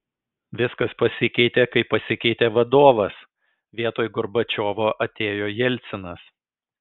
viskas pasikeitė kai pasikeitė vadovas vietoj gorbačiovo atėjo jelcinas